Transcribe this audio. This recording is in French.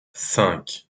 cinq